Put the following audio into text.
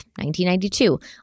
1992